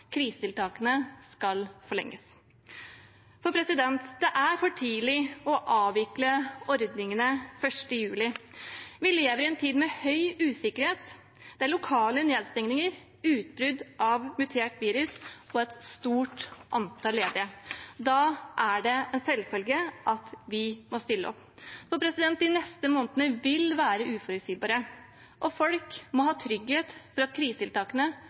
Krisetiltakene skal forlenges, for det er for tidlig å avvikle ordningene 1. juli. Vi lever i en tid med stor usikkerhet. Det er lokale nedstengninger, utbrudd av et mutert virus og et stort antall ledige. Da er det en selvfølge at vi stiller opp. De neste månedene vil være uforutsigbare, og folk må ha trygghet for at krisetiltakene